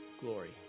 glory